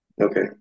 Okay